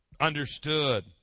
understood